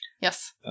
yes